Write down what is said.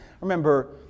Remember